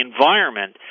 environment